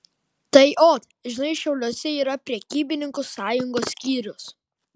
tai ot žinai šiauliuose yra prekybininkų sąjungos skyrius